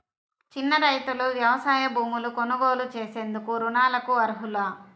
చిన్న రైతులు వ్యవసాయ భూములు కొనుగోలు చేసేందుకు రుణాలకు అర్హులా?